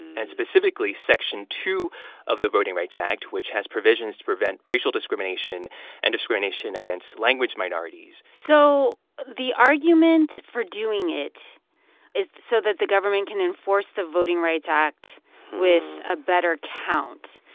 and specifically, section two of the voting rights act, which has provisions to prevent racial discrimination and discrimination against language minorities so the argument for doing it is so that the government can enforce the voting rights act with a better count,